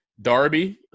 Darby